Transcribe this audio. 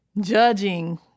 judging